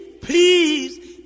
please